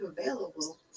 available